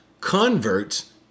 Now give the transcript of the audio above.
converts